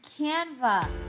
canva